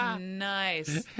Nice